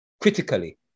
critically